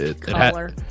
Color